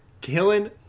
Killing